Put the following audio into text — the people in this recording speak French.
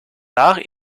arts